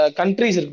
countries